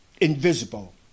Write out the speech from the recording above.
invisible